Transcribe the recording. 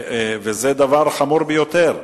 וזה דבר חמור ביותר.